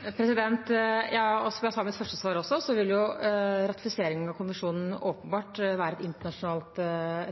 Som jeg sa i mitt første svar også, vil ratifiseringen av konvensjonen åpenbart være